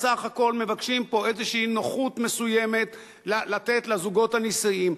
בסך הכול מבקשים פה איזו נוחות מסוימת לתת לזוגות הנישאים.